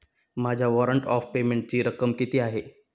माझ्या warrant of पेमेंटची रक्कम किती आहे?